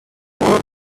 four